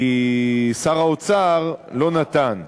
כי שר האוצר לא נתן.